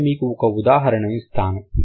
నేను మీకు ఒక ఉదాహరణ ఇస్తాను